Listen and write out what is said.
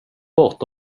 bort